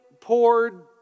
poured